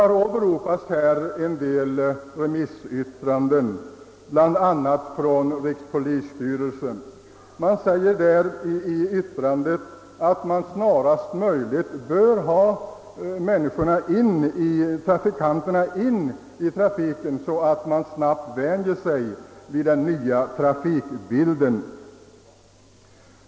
Här har åberopats en del remissyttranden, bl.a. ett från rikspolisstyrelsen, i vilket det sägs att man måste eftersträva att snarast möjligt få ut trafikanterna i trafiken, så att de vänjer sig vid den nya trafikbilden.